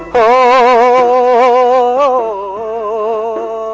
o